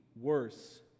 worse